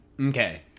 Okay